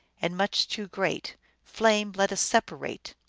and much too great flame, let us separate.